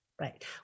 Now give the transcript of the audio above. right